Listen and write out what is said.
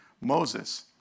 Moses